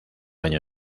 año